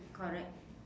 correct